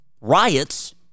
riots